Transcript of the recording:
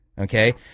Okay